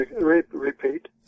Repeat